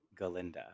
Galinda